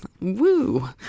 Woo